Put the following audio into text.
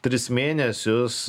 tris mėnesius